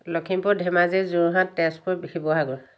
Lakhimpur Dhemaji Jorhat Tezpur Sivasagar